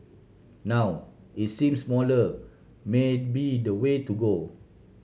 now it seem smaller may be the way to go